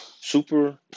Super